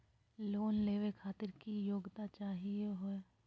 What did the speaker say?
Loan लेवे खातीर की योग्यता चाहियो हे?